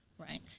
Right